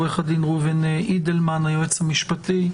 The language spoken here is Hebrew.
עו"ד ראובן אידלמן, היועץ המשפטי,